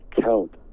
count